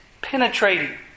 penetrating